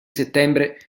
settembre